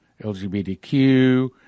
LGBTQ